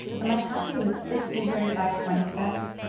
am i happy with sixteen thirty five twenty seven?